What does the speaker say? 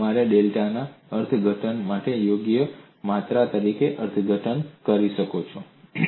કે તમે તમારા ડેટાના અર્થઘટન માટે યોગ્ય માત્રા તરીકે અર્થઘટન કરો